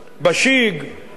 ישב גם המתכנן,